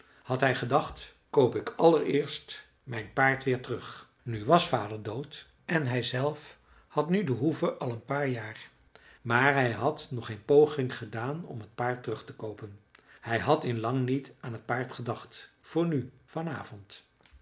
had hij gedacht koop ik allereerst mijn paard weer terug nu was vader dood en hij zelf had nu de hoeve al een paar jaar maar hij had nog geen poging gedaan om het paard terug te koopen hij had in lang niet aan het dier gedacht voor nu vanavond